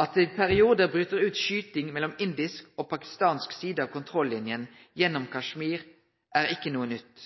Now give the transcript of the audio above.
At det i periodar bryt ut skyting mellom indisk og pakistansk side av kontrollinja gjennom Kashmir, er ikkje noko nytt.